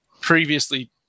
previously